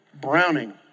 Browning